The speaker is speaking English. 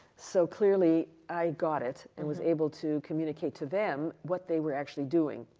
so, clearly, i got it and was able to communicate to them what they were actually doing.